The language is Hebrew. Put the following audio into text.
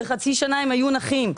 וחצי שנה הם היו נחים.